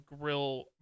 grill